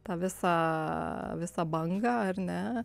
tą visą visą bangą ar ne